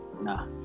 Nah